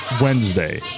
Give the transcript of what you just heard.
Wednesday